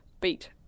beat